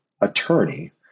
attorney